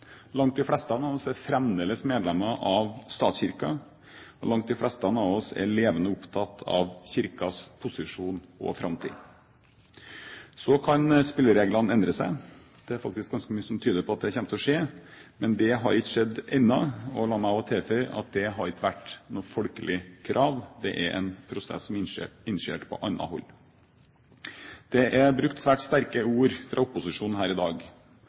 Langt de fleste av oss er fremdeles medlemmer av statskirken, og langt de fleste av oss er levende opptatt av Kirkens posisjon og framtid. Så kan spillereglene endre seg. Det er faktisk ganske mye som tyder på at det kommer til å skje. Men det har ikke skjedd ennå, og la meg tilføye at det har ikke vært noe folkelig krav. Det er en prosess som er initiert på annet hold. Det er brukt svært sterke ord fra opposisjonen her i dag: